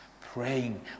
praying